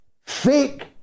fake